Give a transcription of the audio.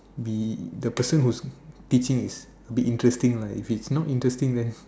be the person whose teaching is a bit interesting lah if it's not interesting then